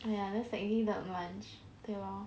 ya that's technically not lunch okay lor